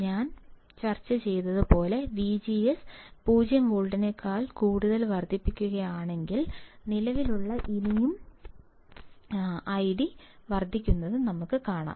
ഞങ്ങൾ ചർച്ച ചെയ്തതുപോലെ വിജിഎസ് 0 വോൾട്ട് വർദ്ധിപ്പിക്കുകയാണെങ്കിൽ നിലവിലുള്ളത് ഇനിയും വർദ്ധിക്കുന്നത് നമുക്ക് കാണാം